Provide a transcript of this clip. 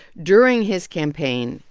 during his campaign,